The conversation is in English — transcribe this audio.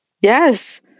Yes